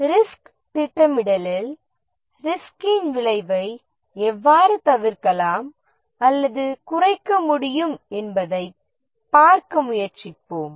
risk திட்டமிடலில் ரிஸ்கின் விளைவை எவ்வாறு தவிர்க்கலாம் அல்லது குறைக்க முடியும் என்பதைப் பார்க்க முயற்சிப்போம்